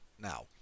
now